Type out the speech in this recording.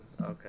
okay